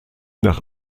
nach